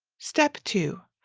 step two,